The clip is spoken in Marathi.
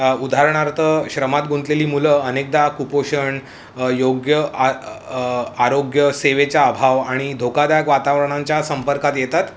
उ उदारणार्थ श्रमात गुंतलेली मुलं अनेकदा कुपोषण योग्य आरोग्य सेवेचा अभाव आणि धोकादायक वातावरणांच्या संपर्कात येतात